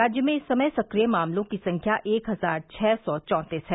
राज्य में इस समय सक्रिय मामलों की संख्या एक हजार छः सौ चौंतीस है